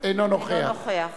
אינו נוכח